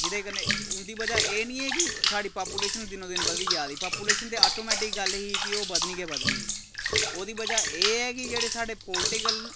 जेह्दे कन्नै उं'दी बजह् एह् निं ऐ कि साढ़ी पापुलेशन दिनो दिन बधी जा दी पापुलेशन ते आटोमैटिक गल्ल ही कि ओह् बधनी गै बधनी ही ओह्दी बजह् एह् ऐ कि जेह्ड़े साढ़े पोलिटिकल